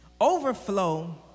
Overflow